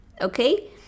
okay